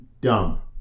dumb